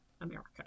America